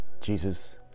Jesus